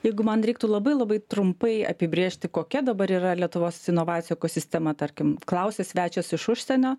jeigu man reiktų labai labai trumpai apibrėžti kokia dabar yra lietuvos inovacijų ekosistema tarkim klausia svečias iš užsienio